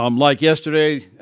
um like yesterday.